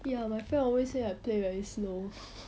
ya my friend always say I play very slow